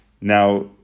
Now